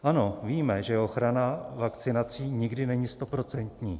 Ano, víme, že ochrana vakcinací nikdy není stoprocentní.